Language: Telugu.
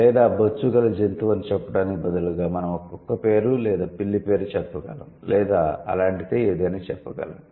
లేదా బొచ్చుగల జంతువు అని చెప్పటానికి బదులుగా మనం ఒక కుక్క పేరు లేదా పిల్లి పేరు చెప్పగలం లేదా అలాంటిదే ఏదైనా చెప్పగలం